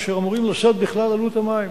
אשר אמורים לשאת בכלל עלות המים.